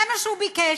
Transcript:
זה מה שהוא ביקש.